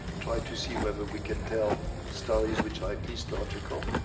try to see whether we can tell stories which are at least logical.